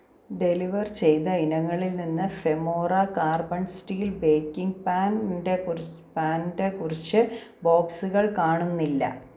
deliver ചെയ്ത ഇനങ്ങളിൽ നിന്ന് ഫെമോറ കാർബൺ സ്റ്റീൽ ബേക്കിങ് പാനിന്റെ കുറ പാനിന്റെ കുറച്ച് ബോക്സുകൾ കാണുന്നില്ല